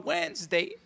Wednesday